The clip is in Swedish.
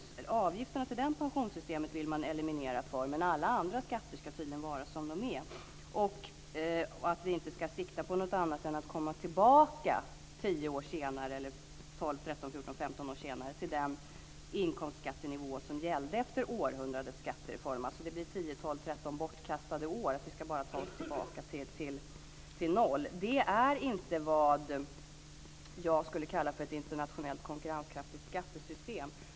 Avgifterna till det pensionssystemet vill man alltså eliminera, men alla andra skatter ska tydliga vara som de är! Vi ska alltså inte sikta på något annat än att komma tillbaka 10-15 år - till den inkomstskattenivå som gällde efter århundradets skattereform. Det blir många bortkastade år om vi bara ska ta oss tillbaka till noll. Det är inte vad jag kallar för ett internationellt konkurrenskraftigt skattesystem.